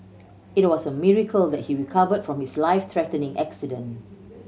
it was a miracle that he recovered from his life threatening accident